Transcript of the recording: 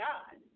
God